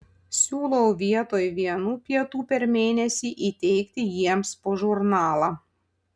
siūlau vietoj vienų pietų per mėnesį įteikti jiems po žurnalą